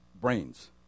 brains